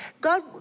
God